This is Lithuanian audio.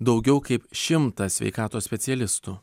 daugiau kaip šimtas sveikatos specialistų